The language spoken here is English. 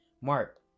Mark